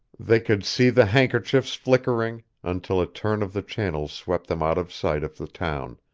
they could see the handkerchiefs flickering, until a turn of the channel swept them out of sight of the town,